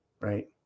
right